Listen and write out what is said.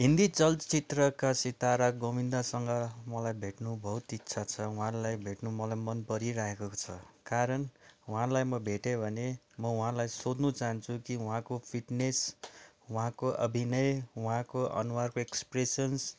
हिन्दी चलचित्रका सितारा गोबिन्दसँग मलाई भेट्नु बहुत इच्छा छ उहाँलाई भेट्नु मलाई मन परिरहेको छ कारण उहाँलाई म भेटेँ भने म उहाँलाई सोध्नु चाहन्छु कि वहाँको फिटनेस् वहाँको अभिनय वहाँको अनुहारको एक्सप्रेसन्स